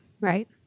Right